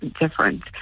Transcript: different